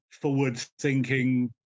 forward-thinking